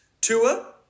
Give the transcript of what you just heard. Tua